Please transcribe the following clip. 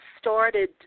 started